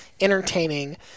entertaining